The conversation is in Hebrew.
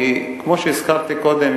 כי כמו שהזכרתי קודם,